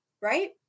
right